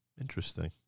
Interesting